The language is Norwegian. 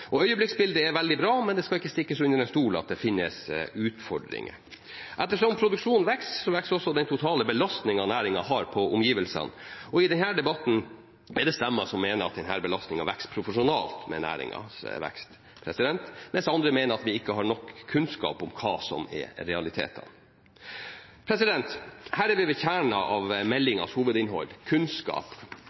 sjømat. Øyeblikksbildet er veldig bra, men det skal ikke stikkes under stol at det finnes utfordringer. Etter hvert som produksjonen vokser, vokser også den totale belastningen næringen har på omgivelsene, og i denne debatten er det stemmer som mener at denne belastningen vokser proporsjonalt med næringens vekst, mens andre mener at vi ikke har nok kunnskap om hva som er realitetene. Her er vi ved kjernen av meldingens hovedinnhold: kunnskap.